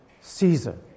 Caesar